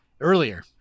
Earlier